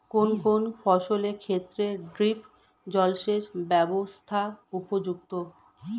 কোন কোন ফসলের ক্ষেত্রে ড্রিপ জলসেচ ব্যবস্থা উপযুক্ত?